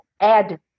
add